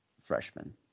freshman